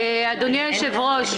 אדוני היושב-ראש,